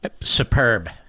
Superb